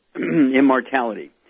Immortality